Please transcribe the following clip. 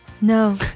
no